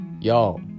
y'all